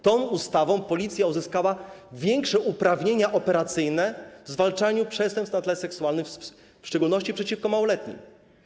Tą ustawą policja uzyskała większe uprawnienia operacyjne w zwalczaniu przestępstw na tle seksualnym, w szczególności przeciwko małoletnim.